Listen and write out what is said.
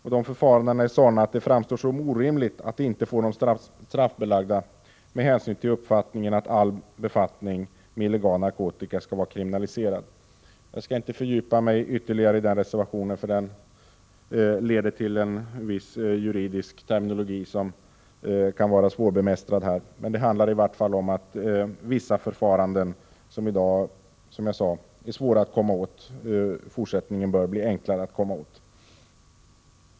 Dessa förfaranden är sådana att det framstår som orimligt att inte få dem straffbelagda, med hänsyn till uppfattningen att all befattning med illegal narkotika skall vara kriminaliserad. Jag skall inte fördjupa mig ytterligare i den reservationen, för det skulle leda till en juridisk terminologi som kan vara svårbemästrad. Som jag sade handlar det i alla fall om att vissa förfaranden i fortsättningen bör bli enklare att komma åt.